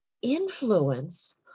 influence